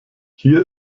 hier